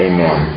Amen